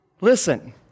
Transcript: Listen